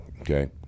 okay